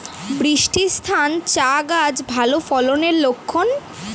বৃষ্টিস্নাত চা গাছ ভালো ফলনের লক্ষন